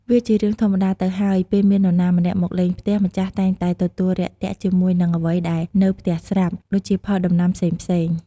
វាជារឿងធម្មតាទៅហើយពេលមាននរណាម្នាក់មកលេងផ្ទះ ម្ចាស់តែងតែទទួលរាក់ទាក់ជាមួយនឹងអ្វីដែរនៅផ្ទះស្រាប់ ដូចជាផលដំណាំផ្សេងៗ។